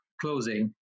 closing